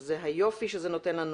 היופי שזה נותן לנו,